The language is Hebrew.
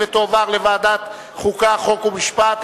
של חברת הכנסת אורלי לוי אבקסיס.